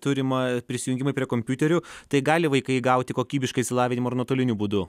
turima prisijungimai prie kompiuterių tai gali vaikai gauti kokybišką išsilavinimą ir nuotoliniu būdu